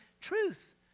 truth